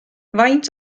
faint